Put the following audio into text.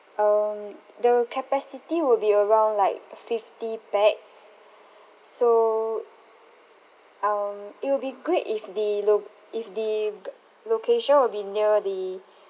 um the capacity will be around like fifty pax so um it will be great if the loc~ if the g~ location will be near the